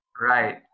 Right